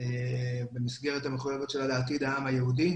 במסגרת המחויבות שלה לעתיד העם היהודי